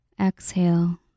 exhale